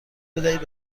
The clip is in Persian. بدهید